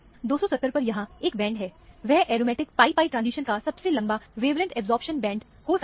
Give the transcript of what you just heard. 270 पर यहां एक बैंड है वह एरोमेटिक pi pi ट्रांजिशन का सबसे लंबा वेवलेंथ अब्जॉर्प्शन बैंड हो सकता है